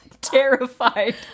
terrified